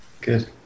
good